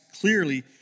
clearly